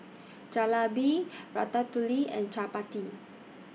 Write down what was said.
Jalebi Ratatouille and Chapati